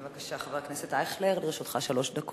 בבקשה, חבר הכנסת אייכלר, לרשותך שלוש דקות.